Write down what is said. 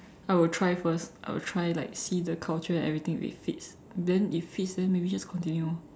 I would try first I would try like see the culture everything if it fits then if it fits maybe just continue orh